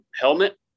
helmet